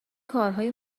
کارهای